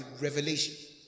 revelation